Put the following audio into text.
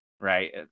right